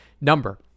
number